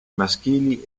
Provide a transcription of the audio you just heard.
maschili